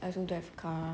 I also don't have car